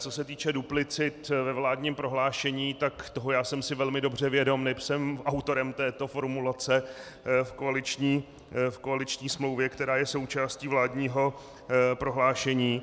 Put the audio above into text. Co se týče duplicit ve vládním prohlášení, tak toho já jsem si velmi dobře vědom, neb jsem autorem této formulace v koaliční smlouvě, která je součástí vládního prohlášení.